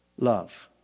love